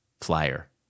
flyer